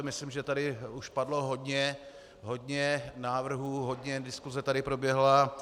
Myslím, že tady už padlo hodně návrhů, hodně diskuse tady proběhlo.